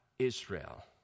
Israel